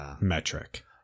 metric